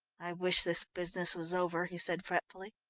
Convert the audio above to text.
i wish this business was over, he said fretfully.